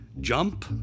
jump